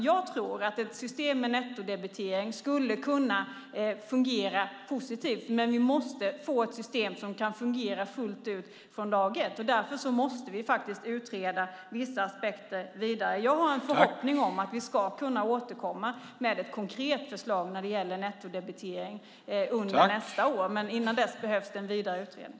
Jag tror att ett system med nettodebitering skulle kunna fungera positivt, men vi måste få ett system som kan fungera fullt ut från dag ett. Därför måste vi utreda vissa aspekter vidare. Jag har en förhoppning om att vi ska kunna återkomma med ett konkret förslag när det gäller nettodebitering under nästa år, men innan dess behövs en vidare utredning.